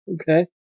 Okay